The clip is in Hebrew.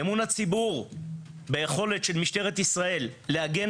אמון הציבור ביכולת של משטרת ישראל להגן